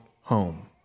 home